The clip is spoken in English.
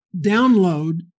download